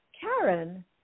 Karen